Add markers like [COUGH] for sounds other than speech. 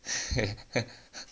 [LAUGHS]